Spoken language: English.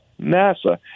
NASA